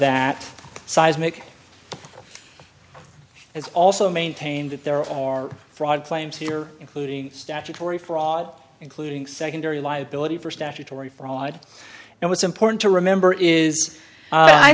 that seismic it's also maintained that there are fraud claims here including statutory fraud including secondary liability for statutory fraud and what's important to remember is i